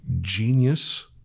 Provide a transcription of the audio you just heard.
genius